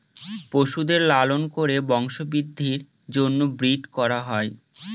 পশুদের লালন করে বংশবৃদ্ধির জন্য ব্রিড করা হয়